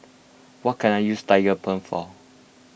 what can I use Tigerbalm for